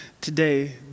today